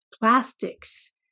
plastics